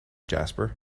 jasper